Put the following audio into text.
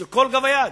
של כל גב היד.